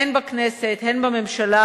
הן בכנסת והן בממשלה,